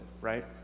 Right